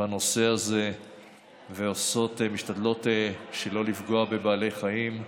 בנושא הזה ומשתדלות שלא לפגוע בבעלי חיים.